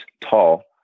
tall